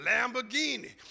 Lamborghini